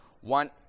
one